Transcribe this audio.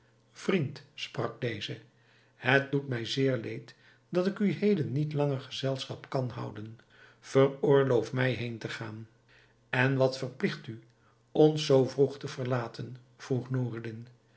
vriend sprak deze het doet mij zeer leed dat ik u heden niet langer gezelschap kan houden veroorloof mij heên te gaan en wat verpligt u ons zoo vroeg te verlaten vroeg